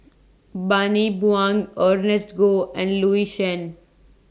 Bani Buang Ernest Goh and Louis Chen